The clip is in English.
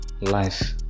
life